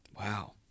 Wow